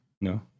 No